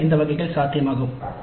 எனவே இந்த வகைகள் சாத்தியமாகும்